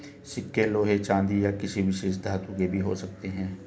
सिक्के लोहे चांदी या किसी विशेष धातु के भी हो सकते हैं